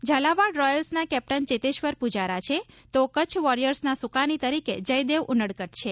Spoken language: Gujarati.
ઝાલાવાડ રોયલ્સના કેપ્ટન ચેતેશ્વર પુજારા છે તો કચ્છ વોરિયર્સના સુકાની તરીકે જ્યદેવ ઉનડકટ છે